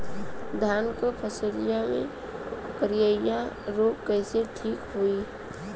धान क फसलिया मे करईया रोग कईसे ठीक होई?